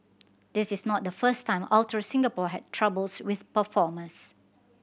this is not the first time Ultra Singapore had troubles with performers